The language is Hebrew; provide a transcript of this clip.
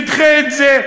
נדחה את זה,